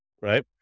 right